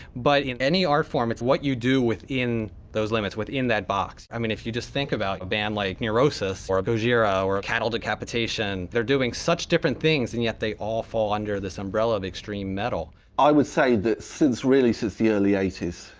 but in any art form, it's what you do within those limits, within that box. i mean, if you just think about a band like neurosis, or gojira, or cattle decapitation, they're doing such different things and yet they all fall under this umbrella of extreme metal. keith i would say that since really, since the early eighty s,